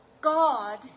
God